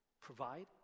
provide